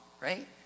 right